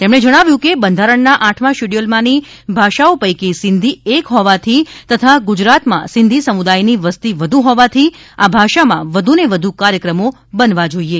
તેમણે જણાવ્યું કે બંધારણના આઠમા શેડ્યુલમાની ભાષાઓ પૈકી સિંધી એક હોવાથી તથા ગુજરાતમાં સિંધી સમુદાથની વસ્તી વધુ હોવાથી આ ભાષામાં વધુને વધુ કાર્યક્રમો બનવા જોઇએ